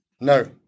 No